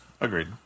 Agreed